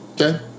Okay